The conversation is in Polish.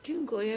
Dziękuję.